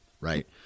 right